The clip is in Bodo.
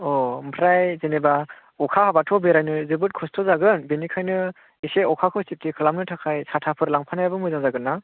अ ओमफ्राय जेनेबा अखा हाबाथ' बेरायनो जोबोद खस्त' जागोन बेनिखायनो एसे अखाखौ खालामनो थाखाय साथाफोर लांफानायाबो मोजां जागोन ना